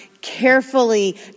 carefully